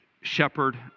shepherd